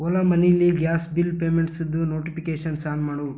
ಓಲಾ ಮನಿಲಿ gas bill ಪೇಮೆಂಟ್ಸ್ದು notifications on ಮಾಡು